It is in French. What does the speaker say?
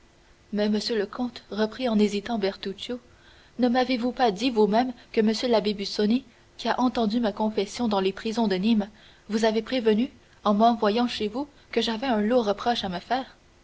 mais monsieur le comte reprit en hésitant bertuccio ne m'avez-vous pas dit vous-même que m l'abbé busoni qui a entendu ma confession dans les prisons de nîmes vous avait prévenu en m'envoyant chez vous que j'avais un lourd reproche à me faire